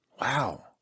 Wow